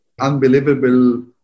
unbelievable